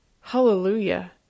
Hallelujah